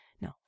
No